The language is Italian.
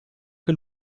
che